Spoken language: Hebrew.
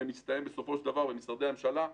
ומסתיים בסופו של דבר במשרדי הממשלה,